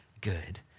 good